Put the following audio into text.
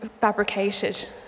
fabricated